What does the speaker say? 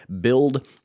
build